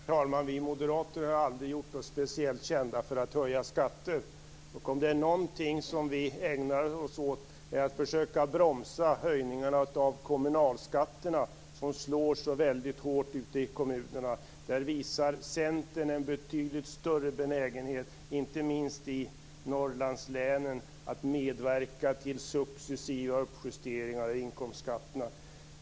Herr talman! Vi moderater har aldrig gjort oss speciellt kända för att höja skatter. Någonting som vi ägnar oss åt är att försöka bromsa höjningarna av kommunalskatterna, som slår så hårt ute i kommunerna. Centern visar en betydligt större benägenhet, inte minst i Norrlandslänen, att medverka till successiva uppjusteringar av inkomstskatterna.